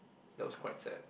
that was quite sad